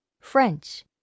French